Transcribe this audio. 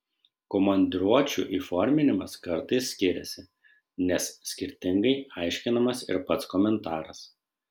komandiruočių įforminimas kartais skiriasi nes skirtingai aiškinamas ir pats komentaras